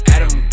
Adam